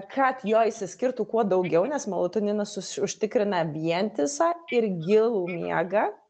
kad jo išsiskirtų kuo daugiau nes melatoninas suš užtikrina vientisą ir gilų miegą